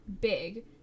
big